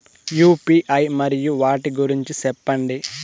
UPI మరియు వాటి గురించి సెప్పండి?